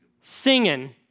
Singing